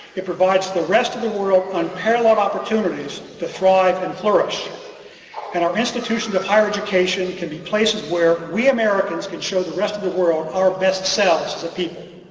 it provides the rest of the world unparalleled opportunities to thrive and flourish and our institutions of higher education can be places where we americans could show the rest of the world our best selves to people.